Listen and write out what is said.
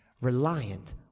reliant